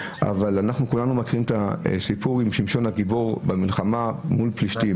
אבל כולנו מכירים את הסיפור עם שמשון הגיבור במלחמה מול פלישתים,